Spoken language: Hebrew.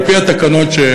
על-פי התקנות,